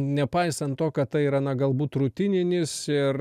nepaisant to kad tai yra na galbūt rutininis ir